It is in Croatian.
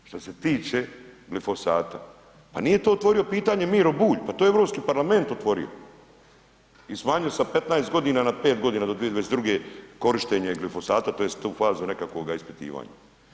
Što se tiče glifosata, pa nije to otvorio pitanje Miro Bulj, pa to je Europski parlament otvorio i smanjio sa 15 godina na 5 godina do 2022. korištenje glifosata tj. tu fazu nekakvoga ispitivanja.